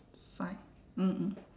fine mm mm